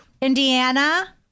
Indiana